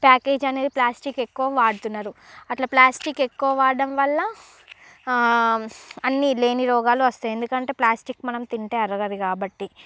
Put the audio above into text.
package అనేది plastic ఎక్కువ వాడుతున్నారు అట్లా ప్లాస్టిక్ ఎక్కువ వాడడం వల్ల అన్ని లేని రోగాలు వస్తాయి ఎందుకంటే ప్లాస్టిక్ మనం తింటే అరగదు కాబట్టి